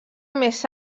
més